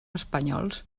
espanyols